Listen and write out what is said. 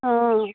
অঁ